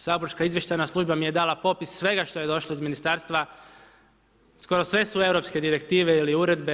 Saborska izvještajna služba mi je dala popis svega što je došlo iz ministarstva, skoro sve su europske direktive ili uredbe.